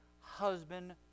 husband